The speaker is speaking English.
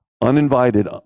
uninvited